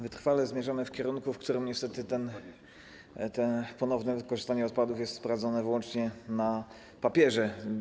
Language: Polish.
Wytrwale zmierzamy w kierunku, w którym niestety to ponowne wykorzystanie odpadów jest prowadzone wyłącznie na papierze.